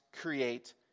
create